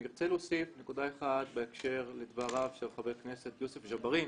אני רוצה להוסיף נקודה אחת בהקשר לדבריו של חבר הכנסת יוסף ג'בארין.